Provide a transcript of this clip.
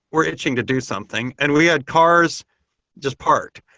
we're itching to do something, and we had cars just part.